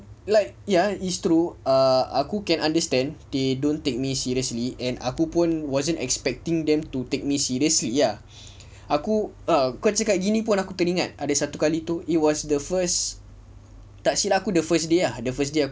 like ya it's true err aku can understand they don't take me seriously and aku pun wasn't expecting them to take me seriously ah aku kau cakap gini pun aku teringat ada satu kali tu it was the first tak silap aku the first day ah the first day